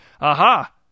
Aha